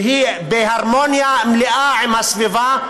שהיא בהרמוניה מלאה עם הסביבה,